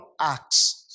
acts